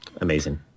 Amazing